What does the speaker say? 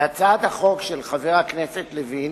בהצעת החוק של חבר הכנסת לוין